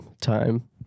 time